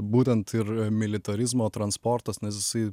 būtent ir militarizmo transportas nes jisai